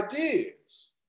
ideas